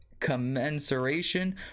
commensuration